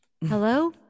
hello